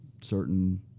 certain